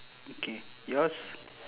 okay yours